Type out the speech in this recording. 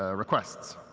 ah requests.